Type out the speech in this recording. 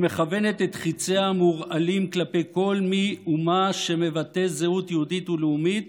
היא מכוונת את חיציה המורעלים כלפי כל מי ומה שמבטא זהות יהודית ולאומית